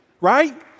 right